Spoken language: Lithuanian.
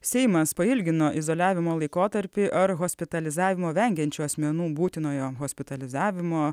seimas pailgino izoliavimo laikotarpį ar hospitalizavimo vengiančių asmenų būtinojo hospitalizavimo